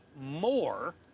more